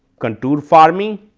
contour farming,